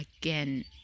again